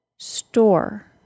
Store